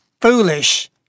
foolish